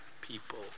people